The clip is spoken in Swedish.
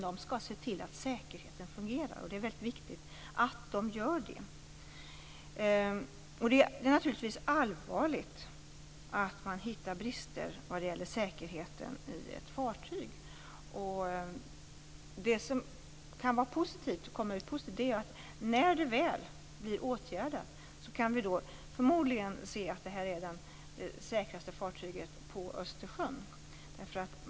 De skall se till att säkerheten fungerar. Det är väldigt viktigt att de gör det. Det är naturligtvis allvarligt att man hittar brister när det gäller säkerheten i ett fartyg. Det som kan vara positivt är att när det här väl blir åtgärdat så kan vi förmodligen se att detta är det säkraste fartyget på Östersjön.